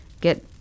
get